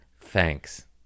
Thanks